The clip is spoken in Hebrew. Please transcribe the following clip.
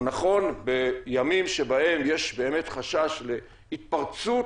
נכון בימים שבהם יש באמת חשש להתפרצות,